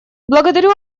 благодарю